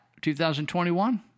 2021